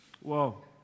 Whoa